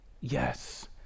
Yes